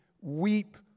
weep